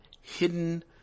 hidden